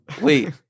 Wait